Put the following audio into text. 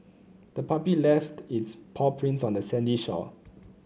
the puppy left its paw prints on the sandy shore